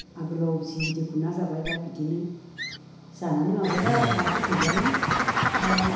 आगोलाव जि बिदि गुरना जाबाय दा बिदिनो जानानै माबाबाय आरो दाथ' गैलियानो